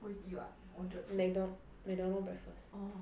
McDonald's breakfast